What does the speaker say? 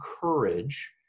courage